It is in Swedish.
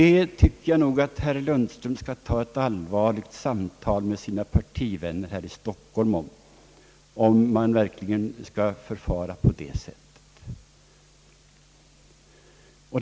Jag tycker att herr Lundström skall ta ett allvarligt samtal med sina partivänner i Stockholm och fråga om man verkligen skall förfara på det sättet.